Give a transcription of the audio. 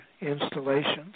installations